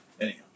Anyhow